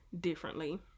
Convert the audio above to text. differently